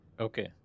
okay